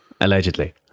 Allegedly